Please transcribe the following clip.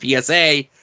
PSA